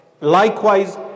likewise